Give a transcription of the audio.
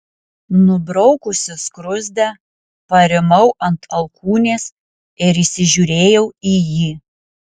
nubraukusi skruzdę parimau ant alkūnės ir įsižiūrėjau į jį